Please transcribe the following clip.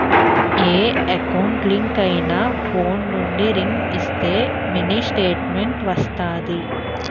ఏ account link అయినా phone నుండి ring ఇస్తే మినీ స్టేట్మెంట్ వస్తాది